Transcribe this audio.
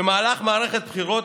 במהלך מערכת בחירות,